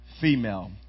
female